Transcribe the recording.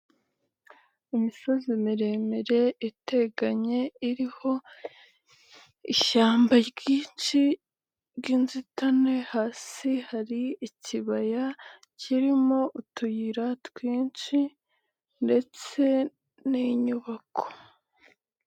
Imisozi miremire iteganye, iriho ishyamba ryinshi ryinzitane, hasi hari ikibaya kirimo utuyira twinshi, ndetse n'inyubako.